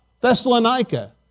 Thessalonica